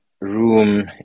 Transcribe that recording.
room